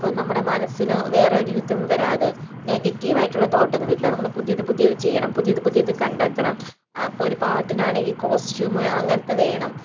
അപ്പോൾ നമ്മുടെ മനസ്സിന് വേറെ ഒരു ഇതും വരാതെ നെഗറ്റീവ് ആയിട്ടുള്ള തോട്ട് ഒന്നും വരില്ല നമ്മൾ പുതിയത് പുതിയത് ചെയ്യണം പുതിയത് പുതിയത് കണ്ടെത്തണം അപ്പോൾ ഒരു പാട്ടിനാണെങ്കിൽ കോസ്റ്റും അങ്ങനത്തെ വേണം